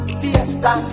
fiesta